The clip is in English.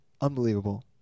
Unbelievable